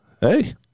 Hey